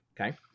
okay